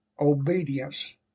obedience